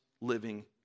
living